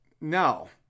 no